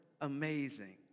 amazing